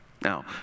Now